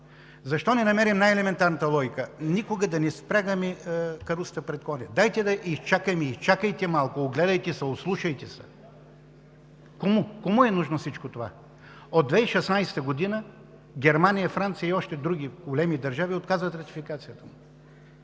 Защо не намерим най-елементарната логика – никога да не впрягаме каруцата пред коня? Дайте да изчакаме. Изчакайте малко! Огледайте се, ослушайте се! Кому е нужно всичко това? От 2016 г. Германия, Франция и още други големи държави отказват ратификацията му.